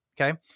Okay